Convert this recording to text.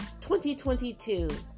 2022